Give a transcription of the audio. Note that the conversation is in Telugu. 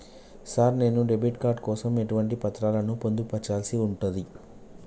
సార్ నేను డెబిట్ కార్డు కోసం ఎటువంటి పత్రాలను పొందుపర్చాల్సి ఉంటది?